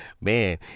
man